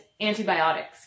antibiotics